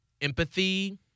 empathy